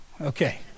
Okay